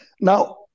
Now